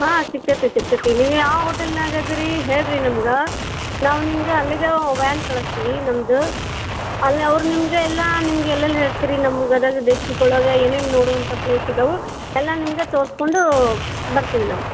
ಹಾಂ ಸಿಕ್ತತಿ ಸಿಕ್ತತಿ ನೀವು ಯಾವ ಹೋಟೆಲ್ನಾಗ ಅದಿರೀ ಹೇಳಿರಿ ನಮ್ಗೆ ನಾವು ನಿಮ್ಗೆ ಅಲ್ಲಿಗೆ ವ್ಯಾನ್ ಕಳಿಸ್ತೀವಿ ನಮ್ದು ಅಲ್ಲಿ ಅವ್ರು ನಿಮಗೆ ಎಲ್ಲ ನಿಮಗೆ ಎಲ್ಲೆಲ್ಲಿ ಹೇಳ್ತೀರಿ ನಮ್ಗೆ ಗದಗ ಡಿಸ್ಟಿಕ್ ಒಳಗೆ ಏನೇನು ನೋಡೋವಂಥ ಪ್ಲೇಸ್ ಇದಾವೆ ಎಲ್ಲ ನಿಮ್ಗೆ ತೋರಿಸ್ಕೊಂಡು ಬರ್ತೀವಿ ನಾವು